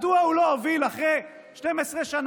מדוע הוא לא הוביל, אחרי 12 שנה,